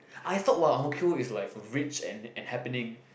I thought what Ang-Mo-Kio is like rich and and happenning